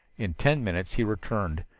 in ten minutes he returned,